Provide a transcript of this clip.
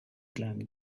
climbed